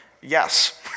Yes